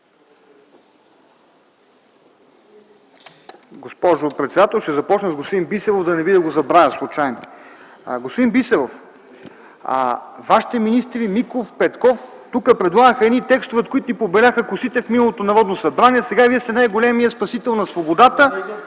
Госпожо председател, ще започна с господин Бисеров, да не би случайно да го забравя. Господин Бисеров, вашите министри Миков, Петков тук предлагаха едни текстове, от които ни побеляха косите в миналото Народно събрание. Сега Вие сте най-големият спасител на свободата.